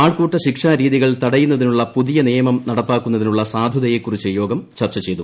ആൾക്കൂട്ട ശിക്ഷാ രീതികൾ തടയുന്നതിനുള്ള പുതിയ നിയമം നടപ്പാക്കുന്നതിനുള്ള സാധുതയെക്കുറിച്ച് യോഗം ചർച്ച ചെയ്തു